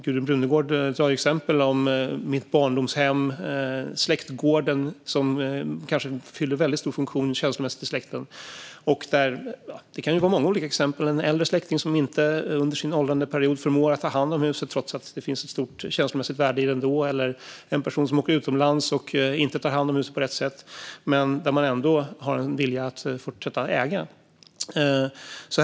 Gudrun Brunegård tar som exempel barndomshemmet och släktgården som kanske fyller en känslomässigt stor funktion för släkten. Det kan finnas många olika exempel, som en äldre släkting som under sin åldrandeperiod inte förmår att ta hand om huset, trots att det finns ett stort känslomässigt värde i det, eller en person som åker utomlands och inte tar hand om huset på rätt sätt men ändå har en vilja att fortsätta äga huset.